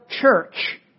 church